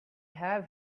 have